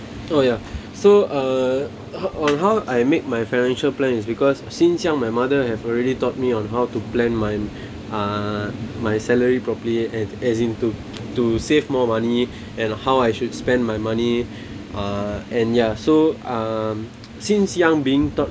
oh ya so uh on how I make my financial plan is because since young my mother have already taught me on how to plan my uh my salary properly and as in to to save more money and how I should spend my money uh and ya so um since young being taught